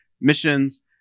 missions